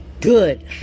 Good